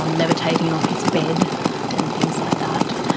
um levitating off his bed and things like that.